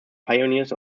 pioneers